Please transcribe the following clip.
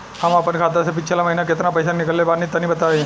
हम आपन खाता से पिछला महीना केतना पईसा निकलने बानि तनि बताईं?